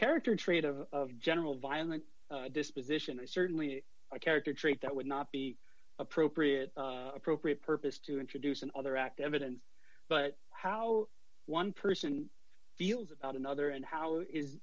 character trait of general violent disposition is certainly a character trait that would not be appropriate appropriate purpose to introduce another act evidence but how one person feels about another and how is